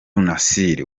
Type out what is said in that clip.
nasser